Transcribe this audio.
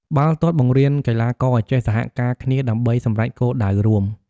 បាល់ទាត់បង្រៀនកីឡាករឲ្យចេះសហការគ្នាដើម្បីសម្រេចគោលដៅរួម។